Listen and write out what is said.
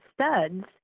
studs